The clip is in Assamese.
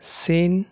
চীন